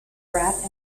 graph